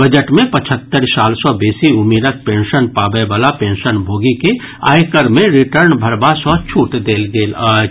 budget मे पचहत्तरि साल सॅ बेसी उमिरक पेंशन पाबय वला पेंशनभोगी के आयकर मे रिटर्न भरबा सॅ छूट देल गेल अछि